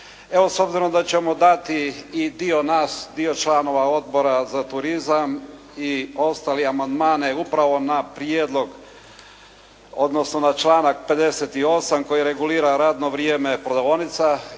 Evo s obzirom da ćemo dati i dio nas, dio članova Odbora za turizam i ostali, amandmane upravo na prijedlog, odnosno na članak 58. koji regulira radno vrijeme prodavaonica,